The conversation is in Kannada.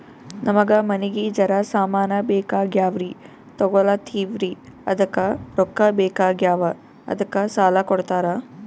ನಮಗ ಮನಿಗಿ ಜರ ಸಾಮಾನ ಬೇಕಾಗ್ಯಾವ್ರೀ ತೊಗೊಲತ್ತೀವ್ರಿ ಅದಕ್ಕ ರೊಕ್ಕ ಬೆಕಾಗ್ಯಾವ ಅದಕ್ಕ ಸಾಲ ಕೊಡ್ತಾರ?